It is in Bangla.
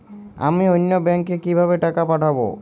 আমি অন্য ব্যাংকে কিভাবে টাকা পাঠাব?